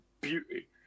beauty